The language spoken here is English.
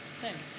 Thanks